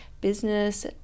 business